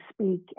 speak